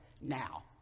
now